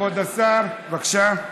כבוד השר, בבקשה.